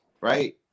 Right